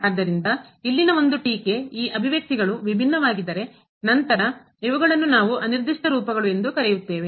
ಆದ್ದರಿಂದ ಇಲ್ಲಿನ ಒಂದು ಟೀಕೆ ಈ ಅಭಿವ್ಯಕ್ತಿಗಳು ವಿಭಿನ್ನವಾಗಿದ್ದರೆ ನಂತರ ಇವುಗಳನ್ನು ನಾವು ಅನಿರ್ದಿಷ್ಟ ರೂಪಗಳು ಎಂದು ಕರೆಯುತ್ತೇವೆ